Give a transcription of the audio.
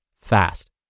fast